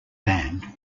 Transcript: band